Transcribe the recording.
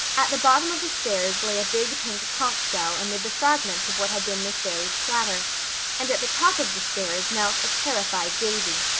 at the bottom of the stairs lay a big pink conch shell amid the fragments of what had been miss barry's platter and at the top of the stairs knelt a terrified davy,